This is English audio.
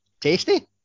Tasty